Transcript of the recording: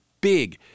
big